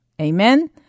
Amen